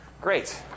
Great